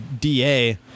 DA